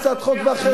בהצעת חוק,